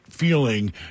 Feeling